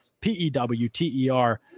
p-e-w-t-e-r